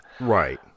Right